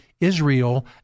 Israel